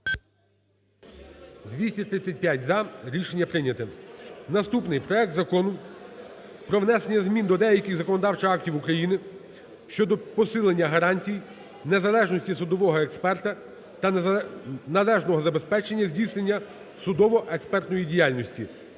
За-235 Рішення прийнято. Наступний. Проект Закону про внесення змін до деяких законодавчих актів України щодо посилення гарантій незалежності судового експерта та належного забезпечення здійснення судово-експертної діяльності